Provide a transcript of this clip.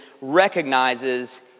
recognizes